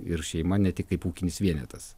ir šeima ne tik kaip ūkinis vienetas